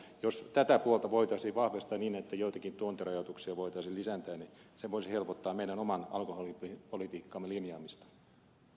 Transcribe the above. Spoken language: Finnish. jos tätä puolta voitaisiin vahvistaa niin että joitakin tuontirajoituksia voitaisiin lisätä se voisi helpottaa meidän oman alkoholipolitiikkamme linjaamista